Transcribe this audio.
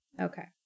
Okay